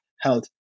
health